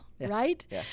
right